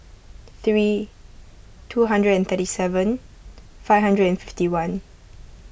three two hundred and thirty seven five hundred and fifty one